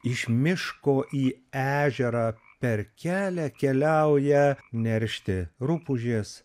iš miško į ežerą per kelią keliauja neršti rupūžės